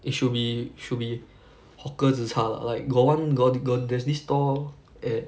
it should be should be hawker zi char like got one got~ got there's this stall at